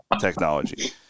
technology